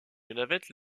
navette